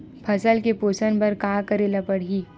फसल के पोषण बर का करेला पढ़ही?